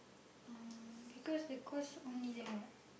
uh because the course only there [what]